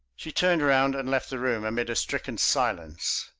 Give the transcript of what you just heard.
she turned round and left the room amid a stricken silence.